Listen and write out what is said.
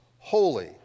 holy